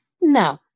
no